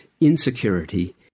insecurity